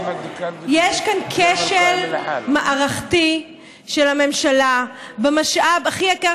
יש כאן כשל מערכתי של הממשלה במשאב הכי יקר